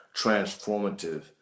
transformative